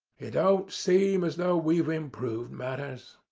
it don't seem as though we've improved matters.